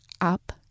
Up